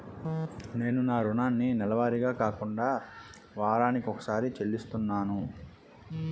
నేను నా రుణాన్ని నెలవారీగా కాకుండా వారాని కొక్కసారి చెల్లిస్తున్నాను